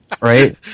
Right